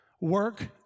Work